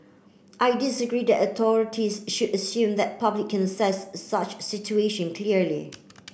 I disagree that the authorities should assume that the public can assess such a situation clearly